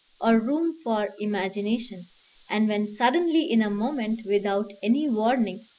or room for imagination and when suddenly in a moment, without any warning,